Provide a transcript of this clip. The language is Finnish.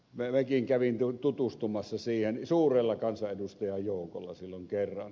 minäkin kävin tutustumassa siihen suurella kansanedustajajoukolla silloin kerran